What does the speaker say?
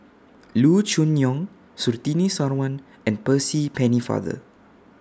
Loo Choon Yong Surtini Sarwan and Percy Pennefather